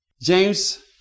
James